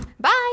Bye